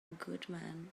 goodman